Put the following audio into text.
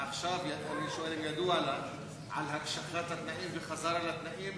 עכשיו אני שואל אם ידוע לך על הקשחת התנאים וחזרה לתנאים